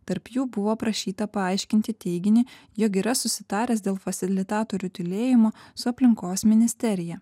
tarp jų buvo prašyta paaiškinti teiginį jog yra susitaręs dėl fasilitatorių tylėjimo su aplinkos ministerija